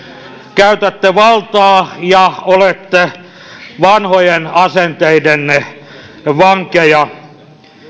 käytätte valtaa ja olette vanhojen asenteidenne vankeja